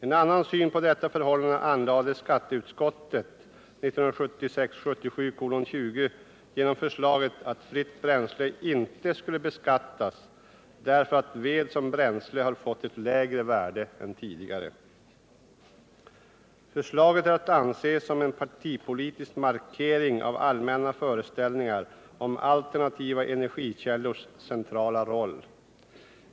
En annan syn på detta förhållande anlade skatteutskottet i sitt betänkande 1976/77:20 genom förslaget att fritt bränsle inte skulle beskattas, därför att ved såsom bränsle hade fått ett lägre värde än tidigare. Förslaget är att anse såsom en partipolitisk markering av allmänna föreställningar om alternativa energikällors centrala roll.